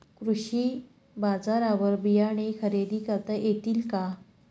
कृषी बाजारवर बियाणे खरेदी करता येतील का?